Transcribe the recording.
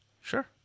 sure